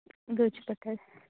घेवचे पडटा